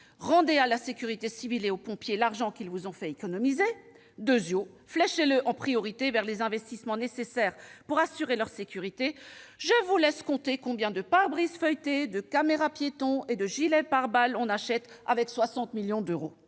rendez à la sécurité civile et aux pompiers l'argent qu'ils vous ont fait économiser et fléchez cette somme, en priorité, vers les investissements nécessaires pour assurer leur sécurité. Je vous laisse compter combien de parebrises feuilletés, de caméras piétons et de gilets pare-lames on achète avec 60 millions d'euros